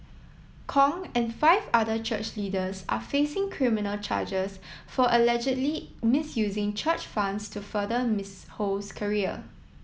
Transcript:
Kong and five other church leaders are facing criminal charges for allegedly misusing church funds to further Ms Ho's career